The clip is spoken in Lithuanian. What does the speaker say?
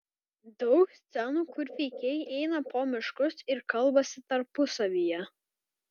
daug scenų kur veikėjai eina po miškus ir kalbasi tarpusavyje